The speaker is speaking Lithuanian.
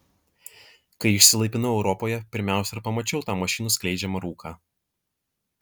kai išsilaipinau europoje pirmiausia ir pamačiau tą mašinų skleidžiamą rūką